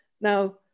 Now